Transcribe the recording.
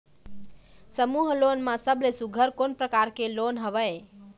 समूह लोन मा सबले सुघ्घर कोन प्रकार के लोन हवेए?